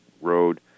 road